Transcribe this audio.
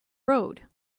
road